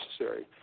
necessary